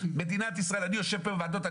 אני יושב פה בוועדות,